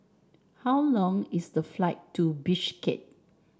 how long is the flight to Bishkek